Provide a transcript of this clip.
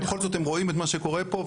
ובכל זאת הם רואים מה שקורה פה,